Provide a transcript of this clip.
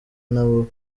nabo